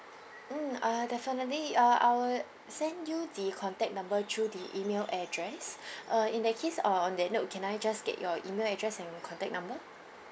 mm uh definitely uh I would send you the contact number through the email address uh in that case uh on that note can I just get your email address and contact number